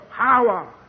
power